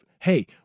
hey